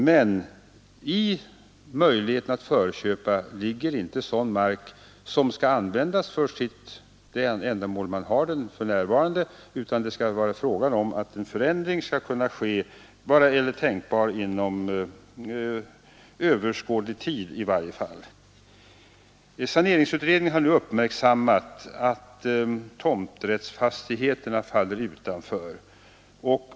Men i möjligheten att förköpa ligger inte sådan mark som skall användas för det ändamål för vilket den för närvarande utnyttjas, utan det skall vara fråga om att en förändring kan ske eller i varje fall är tänkbar inom överskådlig tid. Saneringsutredningen har nu uppmärksammat att tomträttsfastighet faller utanför bestämmelserna.